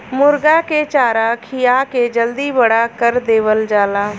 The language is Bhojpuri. मुरगा के चारा खिया के जल्दी बड़ा कर देवल जाला